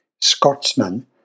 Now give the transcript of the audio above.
Scotsman